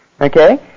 Okay